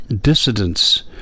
dissidents